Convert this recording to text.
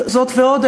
זאת ועוד,